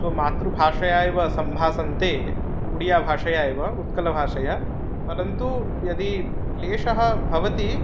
स्वमातृभाषया एव सम्भाषन्ते उडिया भाषया एव उत्कलभाषया परन्तु यदि क्लेशः भवति